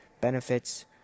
benefits